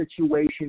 situation